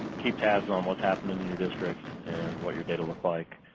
keep tabs on what's happening in your districts and what your data look like.